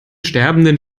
sterbenden